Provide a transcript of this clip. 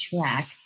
track